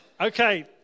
Okay